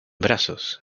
brazos